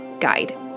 guide